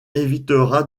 évitera